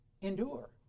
Endure